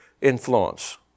influence